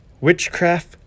Witchcraft